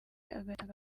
agatanga